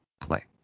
play